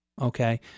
okay